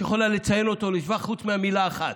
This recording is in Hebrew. יכולה לציין אותו לשבח חוץ ממילה אחת: